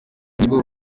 nibo